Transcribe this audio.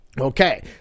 Okay